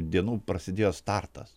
dienų prasidėjo startas